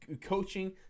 coaching